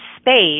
space